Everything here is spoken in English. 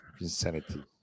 insanity